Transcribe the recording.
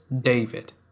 David